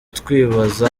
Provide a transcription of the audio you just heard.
twibaza